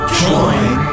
join